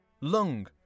Lung